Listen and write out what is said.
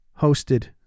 hosted